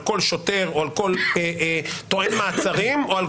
על כל שוטר או על כל טוען מעצרים או על